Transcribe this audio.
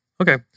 okay